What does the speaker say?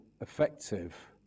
effective